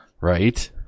Right